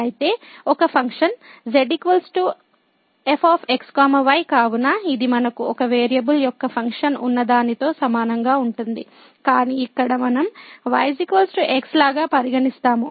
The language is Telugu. అయితే ఒక function z f x y కావున ఇది మనకు ఒక వేరియబుల్ యొక్క ఫంక్షన్ ఉన్నదానితో సమానంగా ఉంటుంది కానీ ఇక్కడ మనం y x లాగా పరిగణిస్తాము